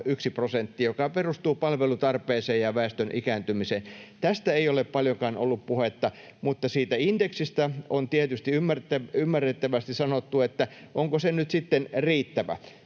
yksi prosentti, joka perustuu palvelutarpeeseen ja väestön ikääntymiseen, tästä ei ole paljoakaan ollut puhetta, mutta siitä indeksistä on tietysti, ymmärrettävästi, sanottu, että onko se nyt sitten riittävä.